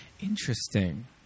Interesting